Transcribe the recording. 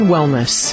Wellness